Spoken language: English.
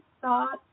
thought